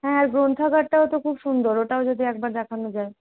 হ্যাঁ গ্রন্থগারটাও তো খুব সুন্দর ওটাও যদি একবার দেখানো যায়